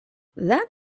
that